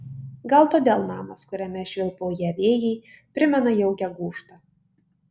gal todėl namas kuriame švilpauja vėjai primena jaukią gūžtą